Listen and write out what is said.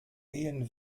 gehen